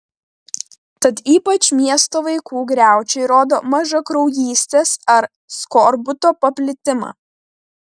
tad ypač miesto vaikų griaučiai rodo mažakraujystės ar skorbuto paplitimą